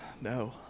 No